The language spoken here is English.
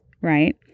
right